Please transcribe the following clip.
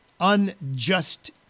unjust